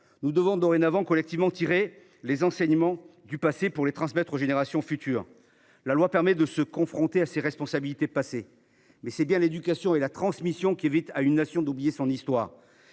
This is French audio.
nous devons collectivement tirer les enseignements du passé pour les transmettre aux générations futures. La loi permet à la République de se confronter à ses responsabilités passées, mais c’est bien l’éducation et la transmission qui évitent à une nation d’oublier son histoire.